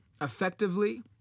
effectively